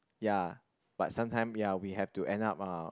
ya but sometime ya we had to end up uh